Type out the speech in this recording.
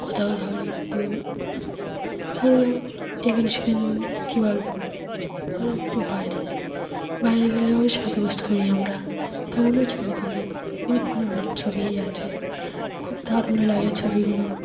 কোথাও ধরো একটু ধরো এখানে সেখানে কী বলব ধরো একটু বাইরে যাই বাইরে গেলেও সাজগোজ করি আমরা তখনও ছবি তুলি আমার ফোনে অনেক ছবিই আছে খুব দারুণ লাগে ছবিগুলো